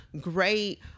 great –